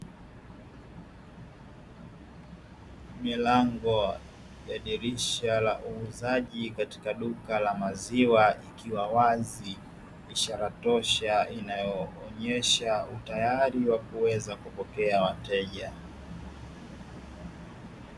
Milango ya dirisha la uuzaji katika duka la maziwa ikiwa wazi, ishara tosha inayoonesha utayari wa kuweza kupokea wateja.